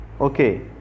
Okay